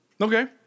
Okay